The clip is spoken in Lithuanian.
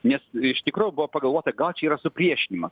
nes iš tikro buvo pagalvota gal čia yra supriešinimas